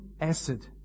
acid